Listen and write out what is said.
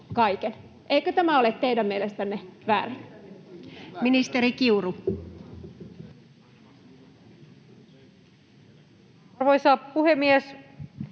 Eikö tämä ole teidän mielestänne väärin? Ministeri Kiuru. Arvoisa puhemies!